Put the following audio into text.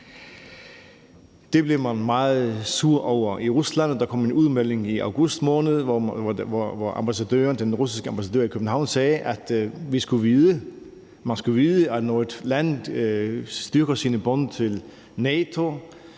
Det blev man meget sure over i Rusland, og der kom en udmelding i august måned, hvor den russiske ambassadør i København sagde, at man skulle vide, at når et land styrker sine bånd til NATO,